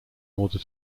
order